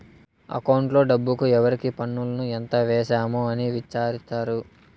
అకౌంట్లో డబ్బుకు ఎవరికి పన్నులు ఎంత వేసాము అని విచారిత్తారు